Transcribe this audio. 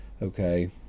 okay